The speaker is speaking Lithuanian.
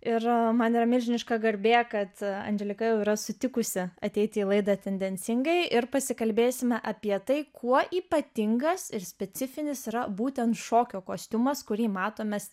ir man yra milžiniška garbė kad andželika jau yra sutikusi ateiti į laidą tendencingai ir pasikalbėsime apie tai kuo ypatingas ir specifinis yra būtent šokio kostiumas kurį matom mes